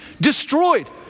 destroyed